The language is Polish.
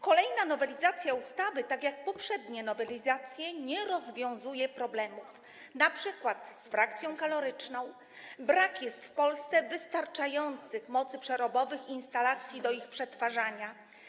Kolejna nowelizacja ustawy, tak jak poprzednie nowelizacje, nie rozwiązuje problemów, np. z frakcją kaloryczną, bo brak jest wystarczających mocy przerobowych do ich przetwarzania.